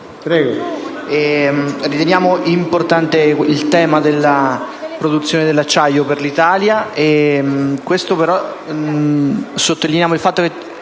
Prego,